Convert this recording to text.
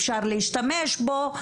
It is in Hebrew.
אפשר להשתמש בו.